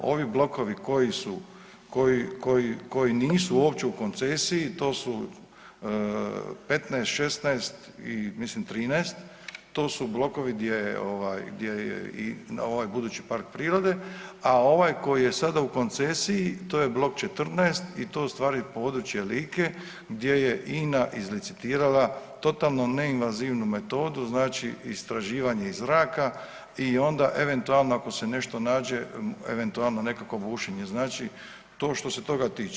Ovi blokovi koji su, koji nisu uopće u koncesiji to su 15, 16 i mislim 13 to su blokovi gdje ovaj, gdje je i ovaj budući park prirode, a ovaj koji je sada u koncesiji to je blok 14 i to je u stvari područje Like gdje je INA izlicitirala totalno neinvazivnu metodu znači istraživanje iz zraka i onda eventualno ako se nešto nađe eventualno nekakvo bušenje, znači to što se toga tiče.